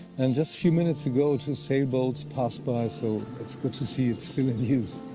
and just few minutes ago, two sailboats passed by. so, it's good to see, it's still in use.